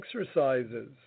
exercises